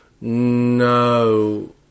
No